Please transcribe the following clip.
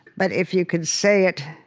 but if you can say it